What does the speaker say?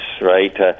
right